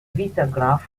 vitagraph